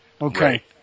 okay